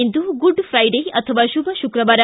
ಇಂದು good Friday ಅಥವಾ ಶುಭ ಶುಕ್ರವಾರ